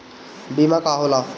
बीमा का होला?